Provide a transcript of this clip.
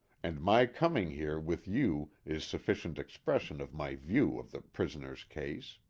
and my coming here with you is sufficient expression of my view of the prison er's case.